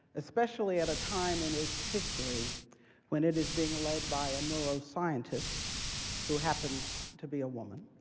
especially at a time in its history when it is being led by a neuroscientist who happens to be a woman,